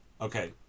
Okay